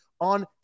on